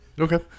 Okay